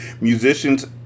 Musicians